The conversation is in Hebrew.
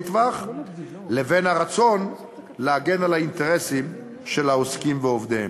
טווח לבין הרצון להגן על האינטרסים של העוסקים ועובדיהם.